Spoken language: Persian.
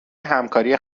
همکاری